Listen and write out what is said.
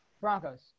Broncos